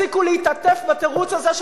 תפסיקו להתעטף בתירוץ הזה,